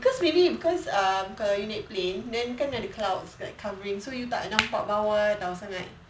because maybe because um kalau you naik plane then kan ada clouds like covering so you tak nampak [tau] bawah sangat